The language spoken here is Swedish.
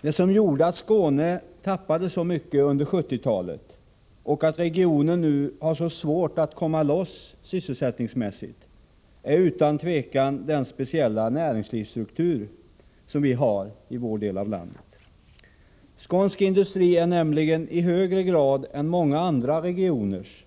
Det som gjorde att Skåne tappade så mycket under 1970-talet, och att regionen nu har så svårt att komma loss sysselsättningsmässigt, är utan tvivel den speciella näringslivsstrukturen i vår del av landet. Skånsk industri är nämligen i högre grad än många andra regioners